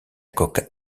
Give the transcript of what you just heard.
coque